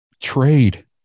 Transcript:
Trade